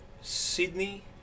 Sydney